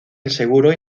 inseguro